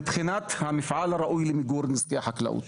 מבחינת המפעל הראוי למיגור נזקי חקלאות,